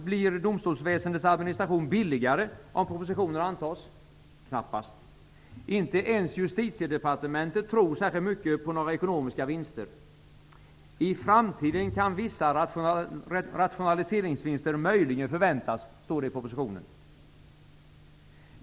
Blir domstolsväsendets administration billigare om propositionen antas? Knappast. Inte ens Justitiedepartementet tror särskilt mycket på några ekonomiska vinster. ''I framtiden kan vissa rationaliseringsvinster möjligen förväntas'', står det i propositionen.